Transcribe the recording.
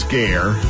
Scare